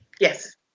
yes